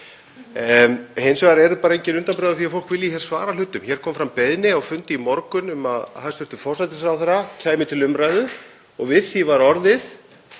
Hins vegar eru engin undanbrögð á því að fólk vilji svara hlutum. Hér kom fram beiðni á fundi í morgun um að hæstv. forsætisráðherra kæmi til umræðu og við því var orðið